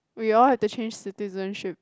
we all have to change citizenship